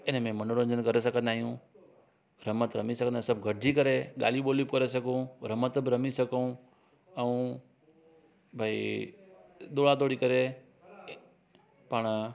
इन में मनोरंजन करे सघंदा आहियूं रमत रमी सघंदा आहियूं सभु गॾजी करे ॻाल्हियूं बोली बि करे सघूं रमत बि रमी सघूं ऐं भई दौड़ा दौड़ी करे पाण